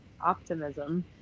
optimism